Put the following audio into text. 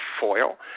foil